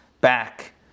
back